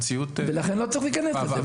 לכן לא צריך להיכנס לזה,